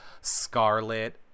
Scarlet